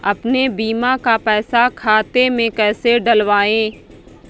अपने बीमा का पैसा खाते में कैसे डलवाए?